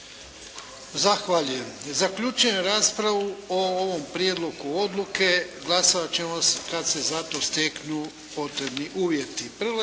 Zahvaljujem. Zaključujem raspravu o ovom prijedlogu odluke. Glasat ćemo kad se za to steknu potrebni uvjeti.